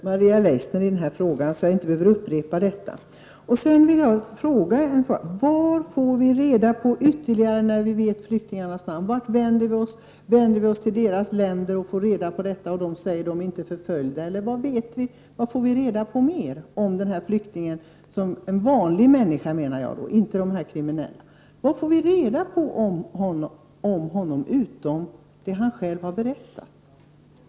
Herr talman! För att slippa upprepningar instämmer jag i vad Maria Leissner sade. Sedan vill jag fråga: Var får vi ytterligare uppgifter om flyktingar när vi väl känner till deras namn? Vart vänder vi oss för att i det aktuella hemlandet få reda på hur det förhåller sig beträffande förföljelser etc? Jag tänker då på vanliga människor, inte kriminella. Hur kan vi alltså få uppgifter om flyktingen i fråga bortsett från vad vederbörande själv har berättat?